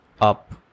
up